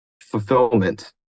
fulfillment